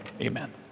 Amen